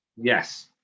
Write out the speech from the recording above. Yes